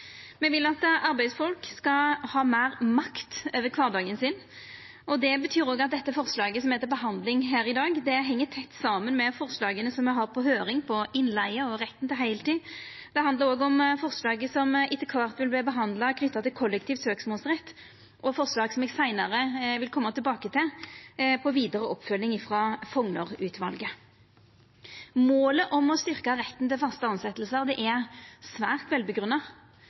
Me vil at arbeidsfolk skal ha meir makt over kvardagen sin, og det betyr òg at det forslaget som er til behandling her i dag, heng tett saman med forslaga når det gjeld innleige og retten til heiltid, som me har på høyring. Det handlar òg om forslaget knytt til kollektiv søksmålsrett, som etter kvart vil verta behandla, og forslag når det gjeld vidare oppfølging frå Fougner-utvalet, som eg seinare vil koma tilbake til. Målet om å styrkja retten til faste tilsetjingar er svært